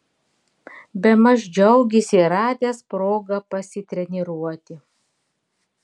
bemaž džiaugėsi radęs progą pasitreniruoti